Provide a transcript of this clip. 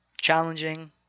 Challenging